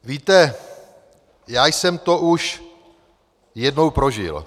Víte, já jsem to už jednou prožil.